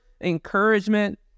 encouragement